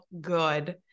good